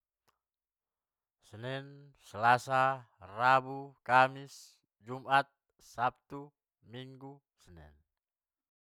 Senen, selasa, rabu, kamis, jum'at, sabtu, minggu, senen.